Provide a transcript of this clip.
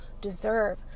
deserve